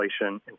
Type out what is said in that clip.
inflation